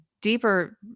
deeper